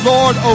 Lord